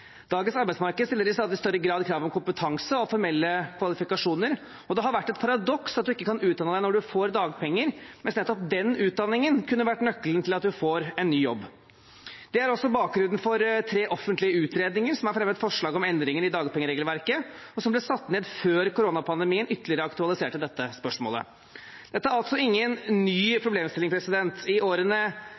Dagens arbeidsmarked stiller i stadig større grad krav om kompetanse og formelle kvalifikasjoner, og det har vært et paradoks at man ikke kan utdanne seg når man får dagpenger, mens nettopp den utdanningen kunne ha vært nøkkelen til at man får en ny jobb. Det er også bakgrunnen for tre offentlige utredninger som har fremmet forslag om endringer i dagpengeregelverket, og som ble nedsatt før koronapandemien ytterligere aktualiserte dette spørsmålet. Dette er altså ingen ny problemstilling. I årene